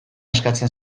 eskatzen